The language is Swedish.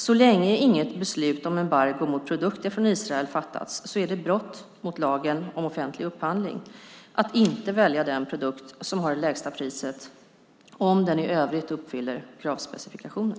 Så länge inget beslut om embargo mot produkter från Israel fattats är det ett brott mot lagen om offentlig upphandling att inte välja den produkt som har det lägsta priset om den i övrigt uppfyller kravspecifikationen.